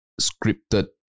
scripted